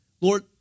Lord